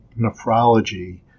nephrology